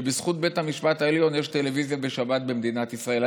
שבזכות בית המשפט העליון יש טלוויזיה בשבת במדינת ישראל.